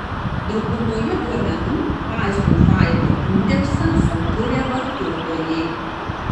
daugumoje duomenų bazių failo indeksą sukuria vartotojai